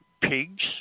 pigs